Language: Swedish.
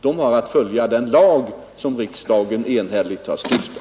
De har att följa den lag som riksdagen enhälligt har stiftat.